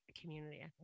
community